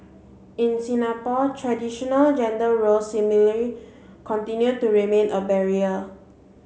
in Singapore traditional gender roles similarly continue to remain a barrier